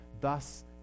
thus